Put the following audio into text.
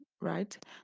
right